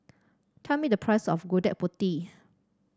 tell me the price of Gudeg Putih